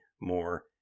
more